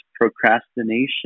procrastination